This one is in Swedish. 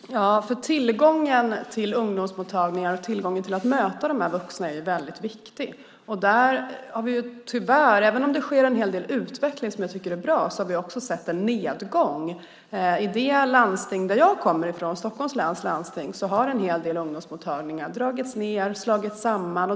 Herr talman! Tillgången till ungdomsmottagningar och möjligheten att möta de här vuxna är väldigt viktiga. Även om det sker en hel del utveckling som jag tycker är bra har vi tyvärr också sett en nedgång här. I det landsting som jag kommer ifrån, Stockholms läns landsting, har en hel del ungdomsmottagningar dragits ned eller slagits samman.